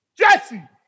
Jesse